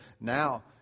Now